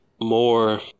more